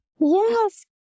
Yes